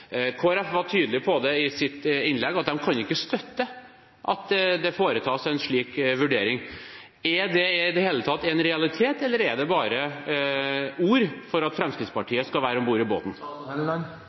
i sitt innlegg tydelig på at de ikke kan støtte at det foretas en slik vurdering. Er det i det hele tatt en realitet, eller er det bare ord for at